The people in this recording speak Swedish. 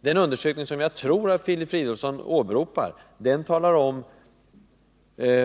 Den undersökning som jag tror att Filip Fridolfsson åberopar redovisar